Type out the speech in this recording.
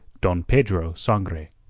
don pedro sangre